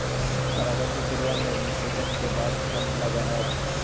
परागण की क्रिया में निषेचन के बाद फल लगअ हई